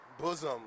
Bosom